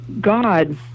God